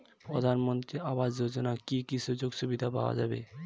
প্রধানমন্ত্রী আবাস যোজনা কি কি সুযোগ সুবিধা পাওয়া যাবে?